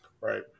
right